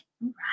right